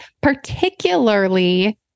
particularly